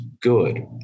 good